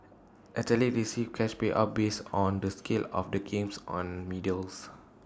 athletes receive cash payouts are based on the scale of the games on medals